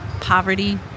poverty